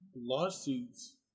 lawsuits